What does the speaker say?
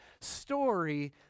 story